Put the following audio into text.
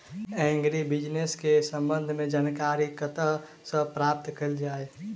Agri business केँ संबंध मे जानकारी कतह सऽ प्राप्त कैल जाए?